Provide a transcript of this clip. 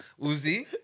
Uzi